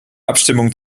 abstimmung